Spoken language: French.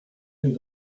n’est